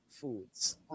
Foods